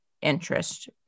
interest